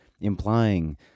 implying